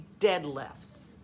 deadlifts